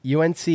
UNC